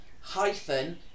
Hyphen